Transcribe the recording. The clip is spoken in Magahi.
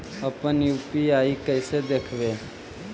अपन यु.पी.आई कैसे देखबै?